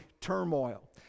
turmoil